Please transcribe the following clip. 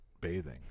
bathing